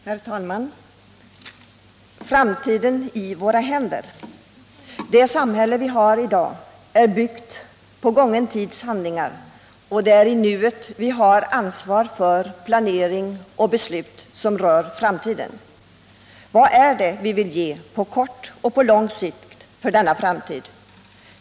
Herr talman! Framtiden i våra händer. Det samhälle vi har i dag är byggt på gången tids handlingar, och det är i nuet vi har ansvar för planering och beslut som rör framtiden. Vad är det vi vill ge på kort och på lång sikt för denna framtid?